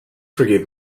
forgive